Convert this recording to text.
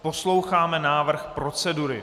Posloucháme návrh procedury.